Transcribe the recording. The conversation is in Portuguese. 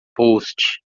post